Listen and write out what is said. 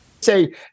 Say